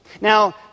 Now